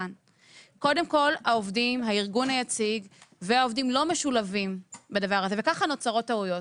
קודם כל הארגון היציג והעובדים לא משולבים בדבר הזה וככה נוצרות טעויות.